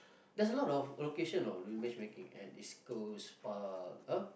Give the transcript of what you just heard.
there's a lot of location now doing matchmaking at East-Coast-Park !huh!